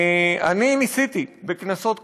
אני ניסיתי בכנסות קודמות,